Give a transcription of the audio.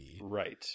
Right